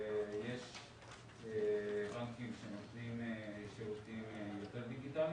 ויש בנקים שנותנים שירותים יותר דיגיטליים